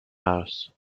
house